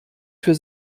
für